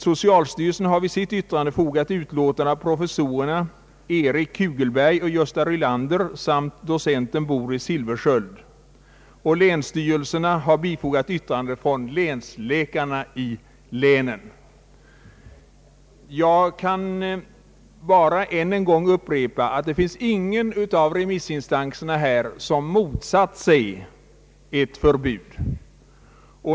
Socialstyrelsen har vid sitt yttrande fogat ett utlåtande av professorerna Eric Kugelberg och Gösta Rylander samt docenten Boris Silfverskiöld. Länsstyrelserna har bifogat yttranden från länsläkarna i vederbörande län. Jag kan endast än en gång upprepa att ingen av remissinstanserna har motsatt sig ett förbud.